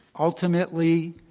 ultimately,